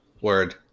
Word